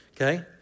okay